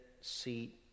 seat